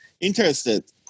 interested